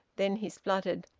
then he spluttered,